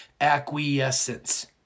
acquiescence